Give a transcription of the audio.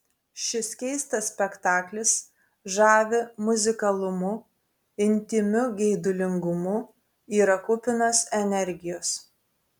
šis keistas spektaklis žavi muzikalumu intymiu geidulingumu yra kupinas energijos